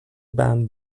band